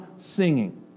singing